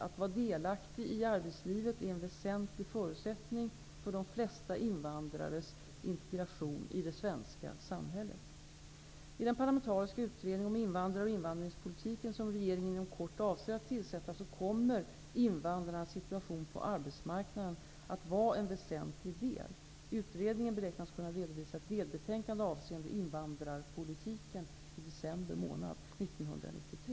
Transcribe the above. Att vara delaktig i arbetslivet är en väsentlig förutsättning för de flesta invandrares integration i det svenska samhället. I den parlamentariska utredning om invandrar och invandringspolitiken, som regeringen inom kort avser att tillsätta, kommer invandrarnas situation på arbetsmarknaden att vara en väsentlig del. Utredningen beräknas kunna redovisa ett delbetänkande avseende invandrarpolitiken i december månad 1993.